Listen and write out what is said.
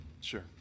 Sure